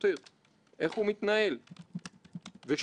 של בית הנבחרים האמריקאי בראשות ארסן פוז'ו.